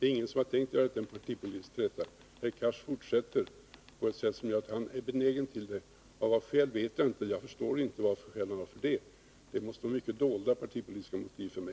Ingen annan har försökt lägga denna fråga till grund för en partipolitisk träta, men herr Cars fortsätter att agera på ett vis som ådagalägger att han är benägen att göra det. Vilket skäl han har vet jag inte. Jag förstår därför inte varför han agerar på detta sätt. Han måste ha för mig helt fördolda partipolitiska skäl för det.